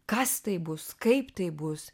kas tai bus kaip tai bus